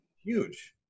Huge